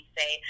say